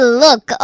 look